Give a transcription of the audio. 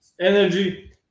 energy